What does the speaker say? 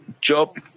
Job